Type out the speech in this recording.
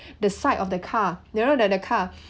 the side of the car you know the the car